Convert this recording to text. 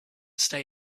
stay